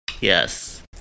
Yes